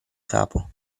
capo